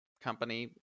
company